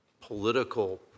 political